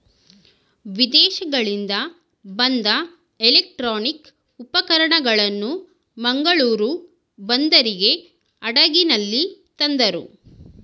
ವಿದೇಶಗಳಿಂದ ಬಂದ ಎಲೆಕ್ಟ್ರಾನಿಕ್ ಉಪಕರಣಗಳನ್ನು ಮಂಗಳೂರು ಬಂದರಿಗೆ ಹಡಗಿನಲ್ಲಿ ತಂದರು